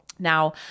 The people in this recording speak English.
Now